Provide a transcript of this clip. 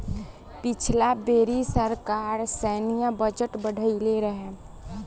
पिछला बेरी सरकार सैन्य बजट बढ़इले रहे